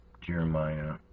Jeremiah